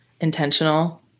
intentional